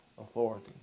authority